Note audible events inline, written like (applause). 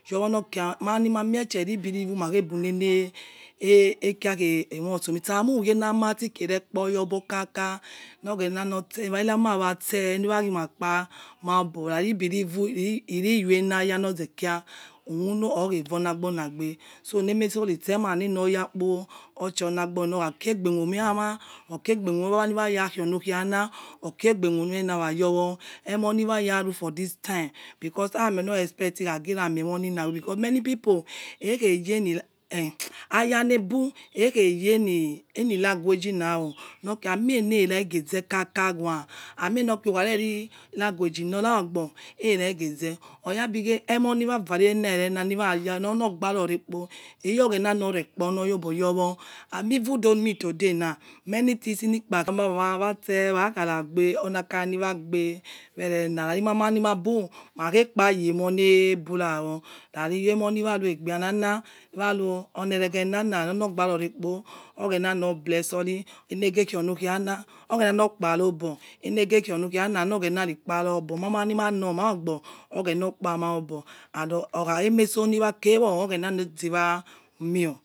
Yor wo̱ kia̱ ma̱ ni ma miethe ri belive u ne ne khia emosomi̱ sa mu̱ ughei kaka na mati khre re̱ kpoyogbor ka̱ka̱ nor oghena nor tse ira ma watse irama wa ghi ma kpa ma obor rari khi belivu iriyoenaya norze khai uwuno or khevoi or na̱ agbor na gbe so ne emetso ritsema ne nor ya̱ kpo̱ or chi ornagbonare or kha̱ kie egbe whomeyan a or kiregbewhome ni waniwa yakhionokhiana or kie̱ egbe wime yawa yowor emo ni wa ya̱ rufor this time because ara mi or nor expect khage ramiemoh nina because many people ekhe̱ (unintelligible) yeni̱ languagina who̱ no̱r kia amienerege zekaja wa̱ emieniokia ukha rere rio languagi nor raorgbov eregeze oyagbighe emoh ni̱wa̱ vare̱ ne̱rena or nor gbarorekpo iyor oghena nor kpa ma̱ma̱ wa̱ tse̱ wa kharagbe oni a̱khayan wagbe erena rari mama ni̱ magbi ma̱ khei kpa yeremohnebuya rari enemoh ni wa̱ ru̱ onie̱renana oya̱ nor gbarone ogbeha nor bless or ri enege khi or nor khiana oghena nor kpara o̱ obor e̱negeh khia or nor khia na nor oghena ri̱ kpara obor ma̱ ma̱ ni ma̱ nov ma orgor oghena or kpamaobor and o̱ emeso ni wa ke̱ wo oghena nor zewa̱ mieo̱